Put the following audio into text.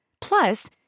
Plus